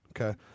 Okay